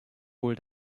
wohl